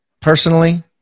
personally